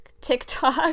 TikTok